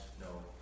no